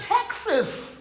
Texas